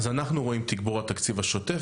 אז אנחנו רואים תיגבור התקציב השוטף,